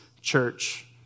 church